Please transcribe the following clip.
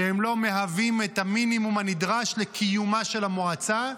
שהם לא מהווים את המינימום הנדרש לקיומה של המועצה,